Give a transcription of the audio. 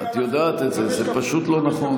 זה פשוט לא נכון.